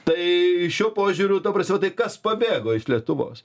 tai šiuo požiūriu ta prasme tai kas pabėgo iš lietuvos